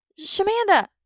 Shamanda